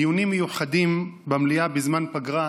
דיונים מיוחדים במליאה בזמן פגרה,